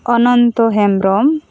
Ananta Hembrom